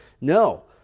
No